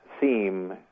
theme